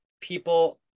people